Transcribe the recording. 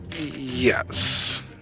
Yes